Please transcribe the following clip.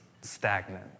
stagnant